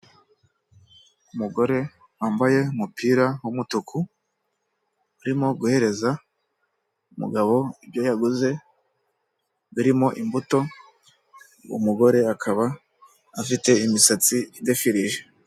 Umugore wambaye umupira w'umutuku, urimo guhereza umugabo ibyo yaguze, birimo imbuto, umugore akaba afite imisatsi idefirije.